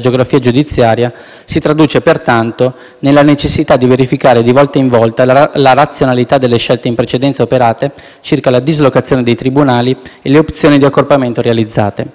geografia giudiziaria, si traduce, pertanto, nella necessità di verificare di volta in volta la razionalità delle scelte in precedenza operate circa la dislocazione dei tribunali e le opzioni di accorpamento realizzate.